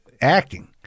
acting